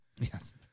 yes